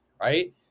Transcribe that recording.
right